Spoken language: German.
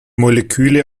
moleküle